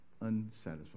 unsatisfied